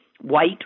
white